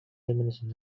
diminishing